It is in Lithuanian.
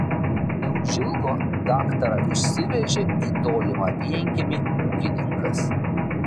neužilgo daktarą išsivežė į tolimą vienkiemį ūkininkas